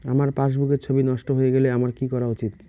আমার পাসবুকের ছবি নষ্ট হয়ে গেলে আমার কী করা উচিৎ?